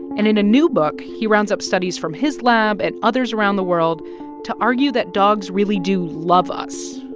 and in a new book, he rounds up studies from his lab and others around the world to argue that dogs really do love us,